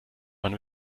man